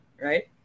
right